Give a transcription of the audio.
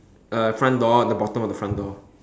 uh front door at the bottom of the front door